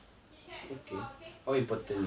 okay how important you think